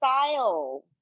style